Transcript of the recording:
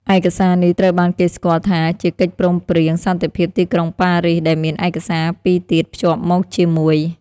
ឯកសារនេះត្រូវបានគេស្គាល់ថាជាកិច្ចព្រមព្រៀងសន្តិភាពទីក្រុងប៉ារីស ដែលមានឯកសារពីរទៀតភ្ជាប់មកជាមួយ។